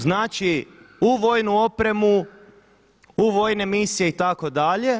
Znači u vojnu opremu, u vojne misije itd.